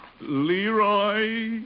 Leroy